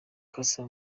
cassa